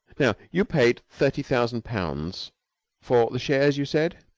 now, you paid thirty thousand pounds for the shares, you said?